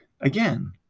Again